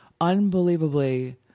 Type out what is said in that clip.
unbelievably